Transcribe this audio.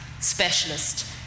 specialist